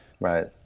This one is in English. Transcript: right